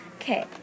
Okay